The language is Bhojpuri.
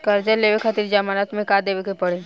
कर्जा लेवे खातिर जमानत मे का देवे के पड़ी?